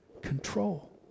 control